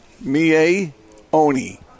Mie-Oni